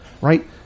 right